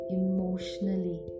emotionally